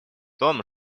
том